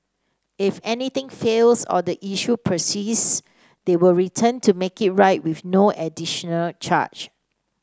if anything fails or the issue persists they will return to make it right with no additional charge